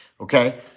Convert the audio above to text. okay